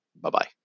Bye-bye